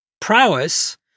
prowess